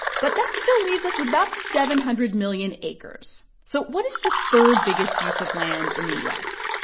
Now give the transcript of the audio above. but that still leaves us with about seven hundred million acres. so what is the third-biggest use of land in the u s?